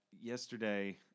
yesterday